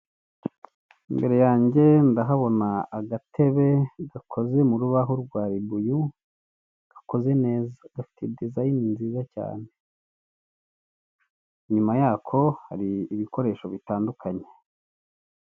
Imbere yanjye ndahabona agatebe gakoze mu rubaho rwa ribuyu, gakoze neza, gafite dizayini nziza cyane. Inyuma yako hari ibikoresho bitandukanye.